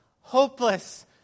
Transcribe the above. hopeless